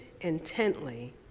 intently